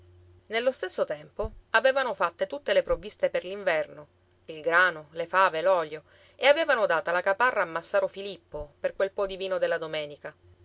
nello stesso tempo avevano fatte tutte le provviste per l'inverno il grano le fave l'olio e avevano data la caparra a massaro filippo per quel po di vino della domenica